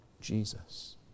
Jesus